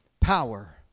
Power